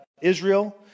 Israel